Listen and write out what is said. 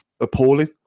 appalling